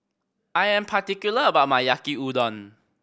I am particular about my Yaki Udon